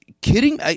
kidding